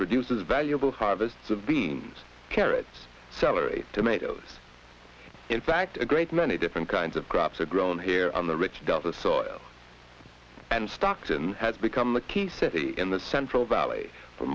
produces valuable harvests of viens carrots celery tomatoes in fact a great many different kinds of crops are grown here on the rich down to the soil and stockton has become the key city in the central valley for